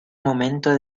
momento